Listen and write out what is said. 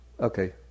Okay